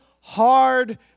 hard